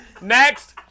Next